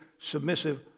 submissive